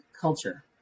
culture